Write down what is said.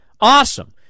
awesome